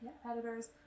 competitors